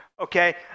Okay